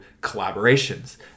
collaborations